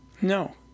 No